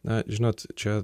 na žinot čia